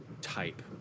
type